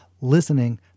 Listening